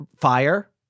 fire